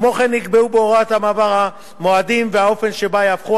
כמו כן נקבעו בהוראת המעבר המועדים והאופן שבה יהפכו